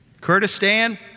Kurdistan